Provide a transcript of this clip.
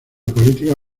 política